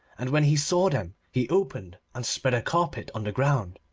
and when he saw them he opened, and spread a carpet on the ground,